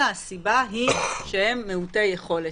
אלא הסיבה היא שהם מעוטי יכולת,